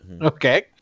Okay